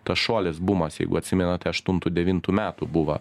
tas šuolis bumas jeigu atsimenate aštuntų devintų metų buvo